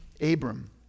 Abram